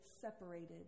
separated